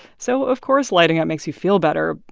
so of course lighting up makes you feel better.